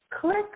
Click